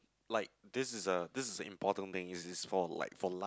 like this is a this is an important thing it is for like for like